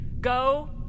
Go